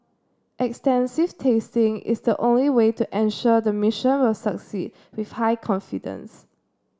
extensive testing is the only way to ensure the mission will succeed with high confidence